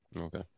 Okay